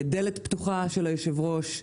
דלת פתוחה של היושב ראש,